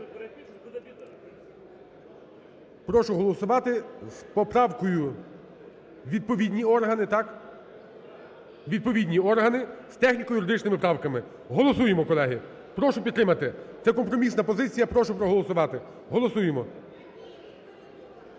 Прошу голосувати з поправкою "відповідні органи" – так? – "відповідні органи", з техніко-юридичними правками. Голосуємо, колеги. Прошу підтримати. Це компромісна позиція. Я прошу проголосувати. Голосуємо.